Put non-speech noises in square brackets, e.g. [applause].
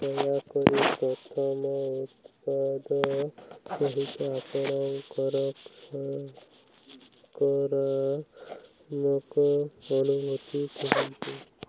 ଦୟାକରି ପ୍ରଥମ ଉତ୍ପାଦ ସହିତ ଆପଣଙ୍କର [unintelligible] ଅନୁଭୂତି କୁହନ୍ତି